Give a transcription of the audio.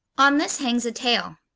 on this hangs a tale.